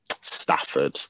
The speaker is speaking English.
Stafford